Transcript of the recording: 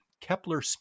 Kepler